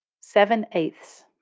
seven-eighths